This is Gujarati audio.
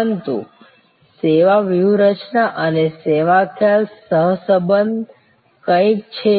પરંતુ સેવા વ્યૂહરચના અને સેવા ખ્યાલ સહસંબંધ કંઈક છે